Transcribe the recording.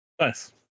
nice